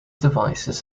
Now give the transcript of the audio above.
devices